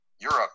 Europe